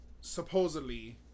supposedly